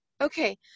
Okay